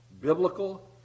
biblical